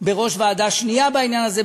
בראש ועדה שנייה בעניין הזה,